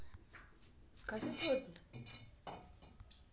विलायती, मदरासी, चीनी, अराकानी आदि रेशम के कीड़ा के प्रकार छियै